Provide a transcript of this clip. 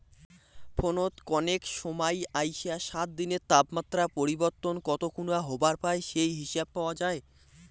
ফোনত কনেক সমাই আইসা সাত দিনের তাপমাত্রা পরিবর্তন কত খুনা হবার পায় সেই হিসাব পাওয়া যায়